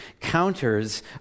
counters